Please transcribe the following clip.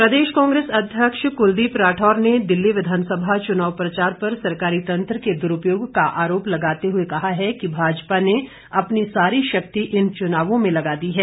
राठौर प्रदेश कांग्रेस अध्यक्ष कुलदीप राठौर ने दिल्ली विधानसभा चुनाव प्रचार पर सरकारी तंत्र के दुरुपयोग का आरोप लगाते हुए कहा है कि भाजपा ने अपनी सारी शक्ति इन चुनावों में लगा दी है